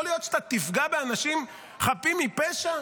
יכול להיות שאתה תפגע באנשים חפים מפשע?